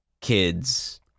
kids